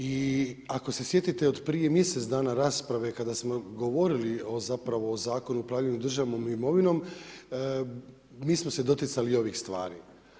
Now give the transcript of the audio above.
I ako se sjetite od prije mjesec dana rasprave, kada smo govorili o Zakonu o upravljanju državnom imovinom, nismo se doticali i ovih stvari.